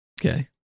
Okay